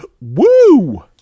woo